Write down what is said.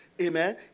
amen